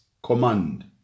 command